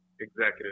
executive